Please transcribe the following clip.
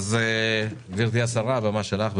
גברתי השרה, הבמה שלך.